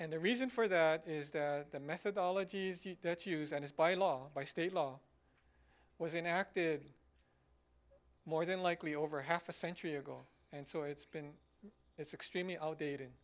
and the reason for that is that the methodology that use that is by law by state law was enacted more than likely over half a century ago and so it's been it's extremely outdated